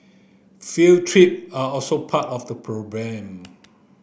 field trip are also part of the program